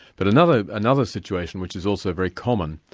but another another situation which is also very common,